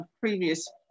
previous